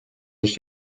ich